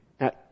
Now